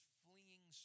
fleeing